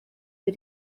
für